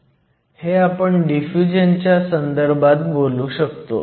हे आपण डिफ्युजन च्या संदर्भात बघू शकतो